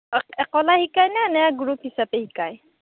অকলে শিকায় নে নে গ্ৰুপ হিচাপে শিকায়